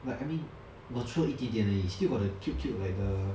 like I mean mature 一点点而已 still got the cute cute like the